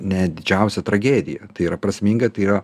ne didžiausia tragedija tai yra prasminga tai yra